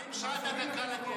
מה עם שעת הנקה לגבר?